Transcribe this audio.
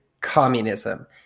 communism